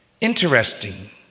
Interesting